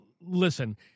listen